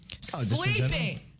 Sleeping